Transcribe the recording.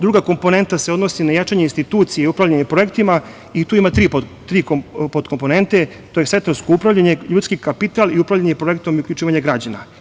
Druga komponenta se odnosi na jačanje institucija i upravljanje projektima i tu ima tri podkomponente, to je sektorsko upravljanje, ljudski kapital i upravljanje projektom i uključivanje građana.